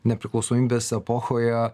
nepriklausomybės epochoje